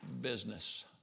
business